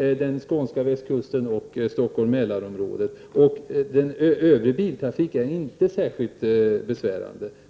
den skånska västkusten och Stockholm — Mälarområdet. Övrig biltrafik är inte särskilt besvärande.